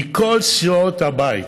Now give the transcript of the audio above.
מכל סיעות הבית.